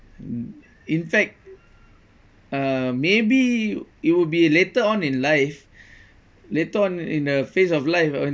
mm in fact uh maybe it will be later on in life later on in the phase of life on